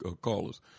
callers